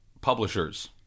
publishers